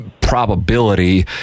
probability